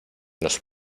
los